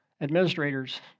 administrators